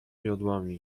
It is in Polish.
jodłami